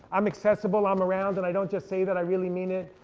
i'm accessible, i'm around, and i don't just say that, i really mean it.